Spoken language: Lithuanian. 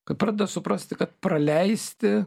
kad pradeda suprasti kad praleisti